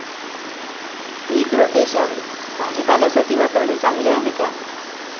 पीक rotation भाजीपाल्यासाठी वापरणे चांगले आहे का?